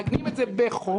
מעגנים את זה בחוק.